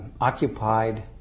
occupied